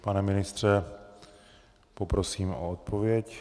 Pane ministře, poprosím o odpověď.